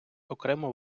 окремо